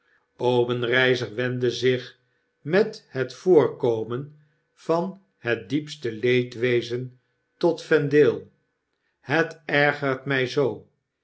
obenreizer wendde zich met het voorkomen van het diepste leedwezen tot vendale het ergert mij zoo